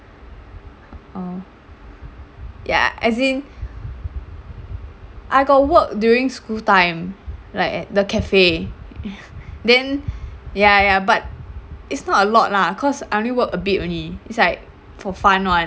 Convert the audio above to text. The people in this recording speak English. uh ya as in I got work during school time like at the cafe then ya ya but it's not a lot lah cause I only work a bit only it's like for fun [one]